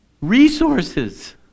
resources